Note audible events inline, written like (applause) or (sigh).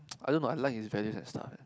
(noise) I don't know I like his values and stuff eh